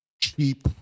cheap